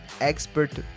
Expert